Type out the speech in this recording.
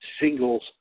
singles